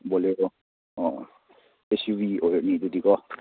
ꯕꯣꯂꯦꯔꯣ ꯑꯣ ꯑꯣ S U ꯚꯤꯒꯤ ꯑꯣꯏꯔꯅꯤ ꯑꯗꯨꯗꯤꯀꯣ